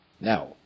Now